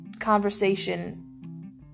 conversation